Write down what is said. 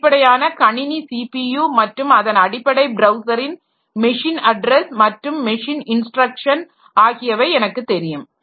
அடிப்படையான கணினி சிபியு மற்றும் அதன் அடிப்படை பிரவுசரின் machine address browser's machine address மற்றும் மெஷின் இன்ஸ்டிரக்ஷன் ஆகியவை எனக்கு தெரியும்